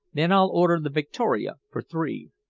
then i'll order the victoria for three.